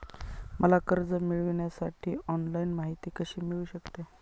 मला कर्ज मिळविण्यासाठी ऑनलाइन माहिती कशी मिळू शकते?